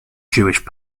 jewish